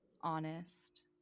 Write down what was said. honest